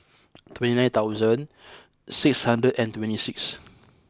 twenty nine thousand six hundred and twenty six